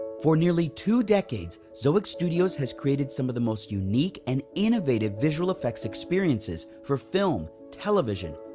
for nearly two decades, zoic studios has created some of the most unique and innovative visual effects experiences for film, television,